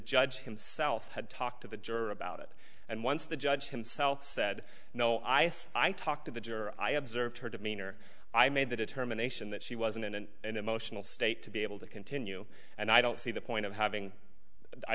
judge himself had talked to the juror about it and once the judge himself said no i said i talked to the juror i observed her demeanor i made the determination that she wasn't in an emotional state to be able to continue and i don't see the point of having i